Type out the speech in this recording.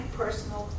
personal